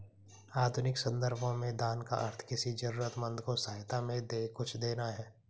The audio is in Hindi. आधुनिक सन्दर्भों में दान का अर्थ किसी जरूरतमन्द को सहायता में कुछ देना है